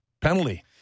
penalty